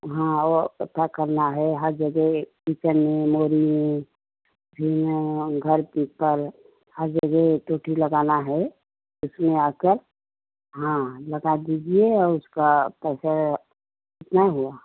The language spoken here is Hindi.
हाँ वह पता करना है हर जगह किचन में मोहरी में फिर घर के ऊपर हर जगह टोंटी लगाना है इसमें आकर हाँ लगा दीजिए और उसका पैसा कितना हुआ